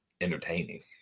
entertaining